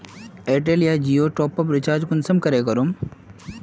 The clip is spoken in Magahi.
एयरटेल या जियोर टॉपअप रिचार्ज कुंसम करे करूम?